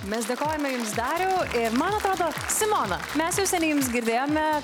mes dėkojame jums dariau ir man atrodo simona mes jau seniai jums girdėjome